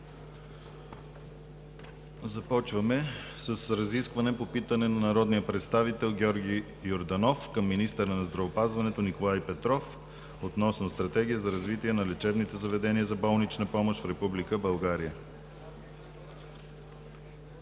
Започваме с разискване по питане на народния представител Георги Йорданов към министъра на здравеопазването Николай Петров относно „Стратегия за развитие на лечебните заведения за болнична помощ в Република България“.